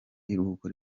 iruhuko